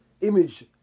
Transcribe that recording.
image